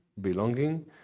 belonging